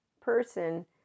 person